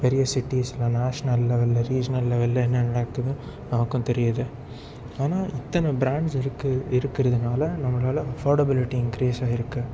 பெரிய சிட்டிஸில் நேஷனல் லெவலில் ரீஜினல் லெவலில் என்ன நடக்குது நமக்கும் தெரியுது ஆனால் இத்தனை ப்ராண்ட்ஸ் இருக்குது இருக்கிறதுனால நம்மளால அஃபாடபிளிட்டி இன்க்ரீஸ் ஆகிருக்கு